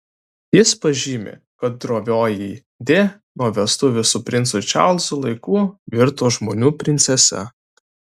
jis pažymi kad drovioji di nuo vestuvių su princu čarlzu laikų virto žmonių princese